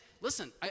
listen